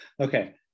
Okay